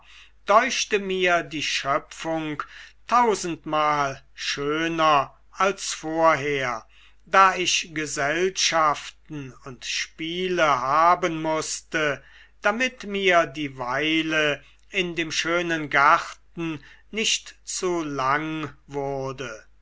deuchte mir die schöpfung tausendmal schöner als vorher da ich gesellschaften und spiele haben mußte damit mir die weile in dem schönen garten nicht zu lang wurde